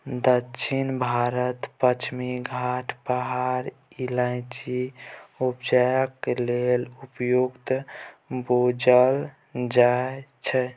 दक्षिण भारतक पछिमा घाट पहाड़ इलाइचीं उपजेबाक लेल उपयुक्त बुझल जाइ छै